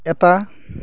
এটা